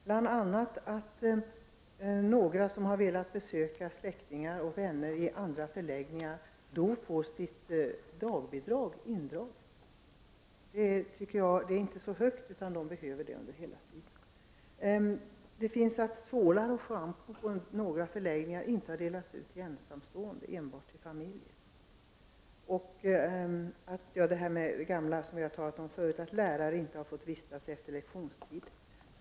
T.ex. har en del som velat besöka släktingar och vänner i andra förläggningar fått sitt dagbidrag indraget. Bidraget är inte så stort, och flyktingarna behöver det hela tiden. På en del förläggningar har tvålar och schampo inte delats ut till ensamstående utan enbart till familjer. Lärare har inte fått vistas på förläggningar efter lektionstid.